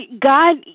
God